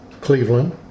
Cleveland